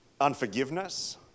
unforgiveness